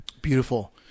Beautiful